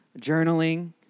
journaling